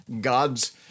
God's